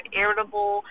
irritable